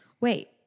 wait